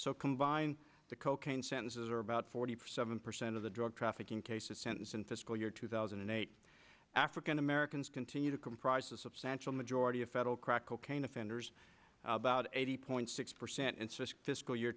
so combine the cocaine sentences are about forty seven percent of the drug trafficking cases sentence in fiscal year two thousand and eight african americans continue to comprise a substantial majority of federal crack cocaine offenders about eighty point six percent in fiscal year